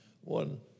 One